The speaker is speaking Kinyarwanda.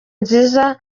nziza